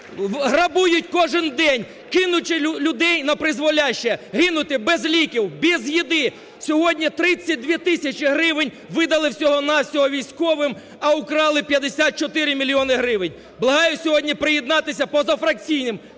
Грабують кожен день, кинувши людей напризволяще гинути без ліків, без їжі! Сьогодні 32 тисячі гривень видали всього-на-всього військовим, а украли 54 мільйони гривень! Благаю сьогодні приєднатись позафракційним,